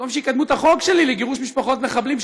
במקום שיקדמו את החוק שלי לגירוש משפחות מחבלים,